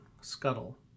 scuttle